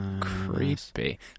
Creepy